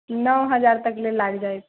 नओ हजार तकले लागि जायत